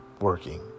working